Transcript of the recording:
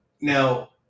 Now